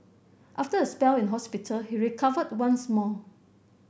after a spell in hospital he recovered once more